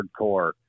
hardcore